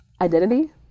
identity